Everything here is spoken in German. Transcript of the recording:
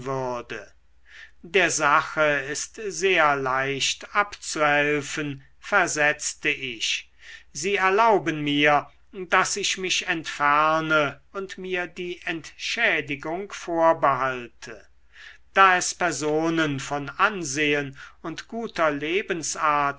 der sache ist sehr leicht abzuhelfen versetzte ich sie erlauben mir daß ich mich entferne und mir die entschädigung vorbehalte da es personen von ansehen und guter lebensart